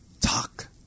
talk